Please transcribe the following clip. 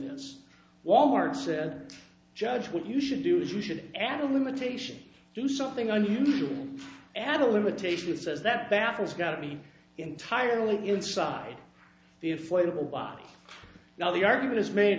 this wal mart said judge what you should do is you should add a limitation to something and you add a limitation it says that baffles got to be entirely inside the inflatable body now the argument is made